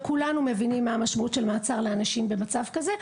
וכולנו מבינים מה המשמעות של מעצר לאנשים במצב כזה,